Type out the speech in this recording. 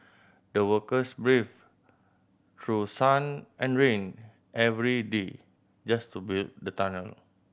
the workers braved through sun and rain every day just to build the tunnel